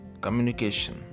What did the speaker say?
communication